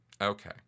Okay